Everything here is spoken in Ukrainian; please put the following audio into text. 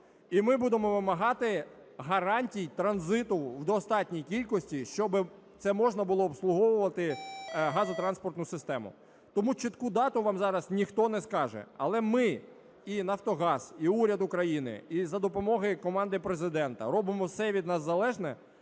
і ми будемо вимагати гарантій транзиту в достатній кількості, щоб це можна було обслуговувати газотранспортну систему. Тому чітку дату вам зараз ніхто не скаже. Але ми – і Нафтогаз, і уряд України, і за допомогою команди Президента – робимо все від нас залежне,